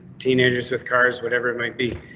teenagers with cars, whatever it might be.